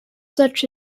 such